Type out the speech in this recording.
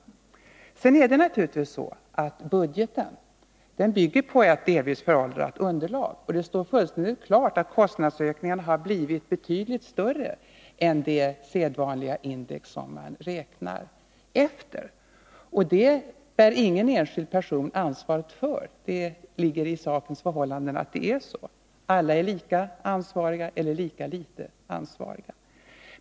Budgeten bygger naturligtvis på ett delvis föråldrat underlag. Det står fullständigt klart att kostnadsökningen har blivit betydligt större än det sedvanliga index som man räknar efter. Detta bär ingen enskild person ansvaret för. Det ligger i sakens natur att det är så — alla är lika ansvariga eller lika litet ansvariga.